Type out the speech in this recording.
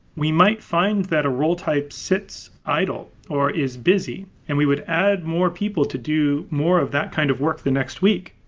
we might find that a role type sits since idle or is busy and we would add more people to do more of that kind of work the next week,